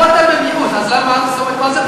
פה אתה במיעוט, אז מה זה משנה?